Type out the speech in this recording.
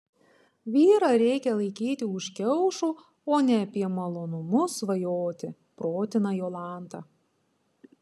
vyrą reikia laikyti už kiaušų o ne apie malonumus svajoti protina jolanta